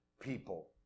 people